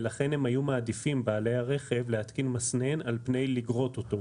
ולכן בעלי הרכב היו מעדיפים להתקין מסנן על פני לגרוט אותו.